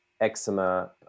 eczema